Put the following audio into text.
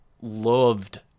loved